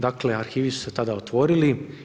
Dakle, arhivi su se tada otvorili.